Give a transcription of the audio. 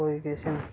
कोई किश नी